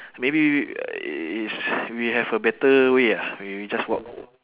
maybe w~ uh is we have a better way ah we we just walk